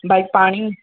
भई पाणी